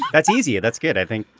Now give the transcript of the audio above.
that's easier. that's good i think.